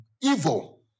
Evil